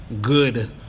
good